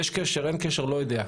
יש קשר, אין קשר, לא יודע.